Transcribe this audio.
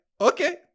okay